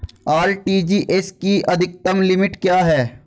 RTGS की अधिकतम limit क्या है?